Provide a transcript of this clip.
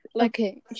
Okay